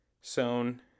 sewn